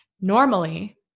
Normally